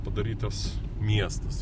padarytas miestas